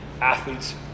athletes